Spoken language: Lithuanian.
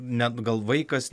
net gal vaikas